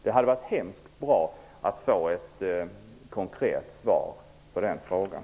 Det hade varit mycket bra att få ett konkret svar på den frågan.